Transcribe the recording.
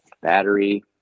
battery